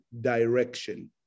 direction